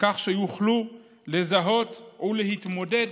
כך שיוכלו לזהות ולהתמודד